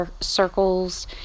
Circles